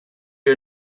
you